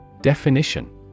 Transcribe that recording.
Definition